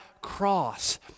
cross